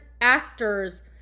actors